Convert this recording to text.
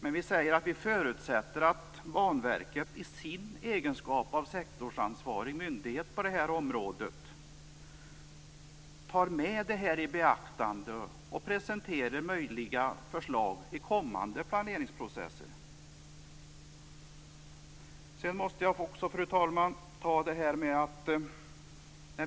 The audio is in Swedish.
Men vi förutsätter att Banverket i sin egenskap av sektorsansvarig myndighet tar med detta i beaktande och presenterar möjliga förslag i kommande planeringsprocesser. Fru talman!